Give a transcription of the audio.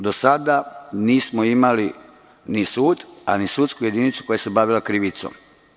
Do sada nismo imali ni sud, a ni sudsku jedincu koja se bavila krivicom.